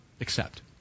accept